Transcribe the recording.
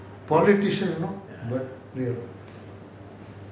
politician you know but real